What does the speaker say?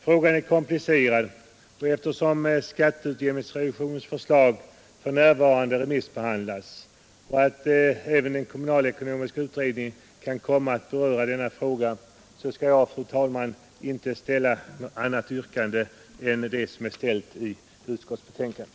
Frågan är komplicerad, och eftersom skatteutjämningsrevisionens förslag för närvarande remissbehandlas och då även den kommunalekonomiska utredningen kan komma att beröra denna fråga, skall jag, fru talman, inte ställa något annat yrkande än det som är ställt i utskottets betänkande.